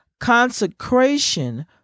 consecration